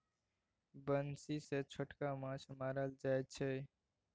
बंसी सँ छोटका माछ मारल जाइ छै